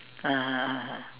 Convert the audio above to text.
(uh huh) (uh huh)